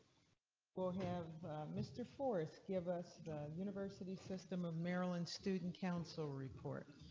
well have mister forrest give us the university system of maryland student council report.